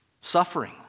suffering